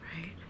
right